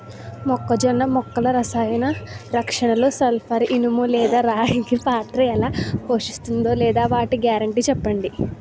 మొక్కజొన్న మొక్కల రసాయన రక్షణలో సల్పర్, ఇనుము లేదా రాగి పాత్ర ఎలా పోషిస్తుందో లేదా వాటి గ్యారంటీ చెప్పండి